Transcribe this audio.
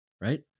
Right